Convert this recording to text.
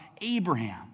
Abraham